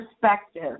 perspective